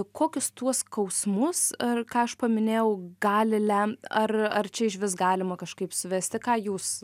kokius tuos skausmus ar ką aš paminėjau gali lem ar ar čia išvis galima kažkaip suvesti ką jūs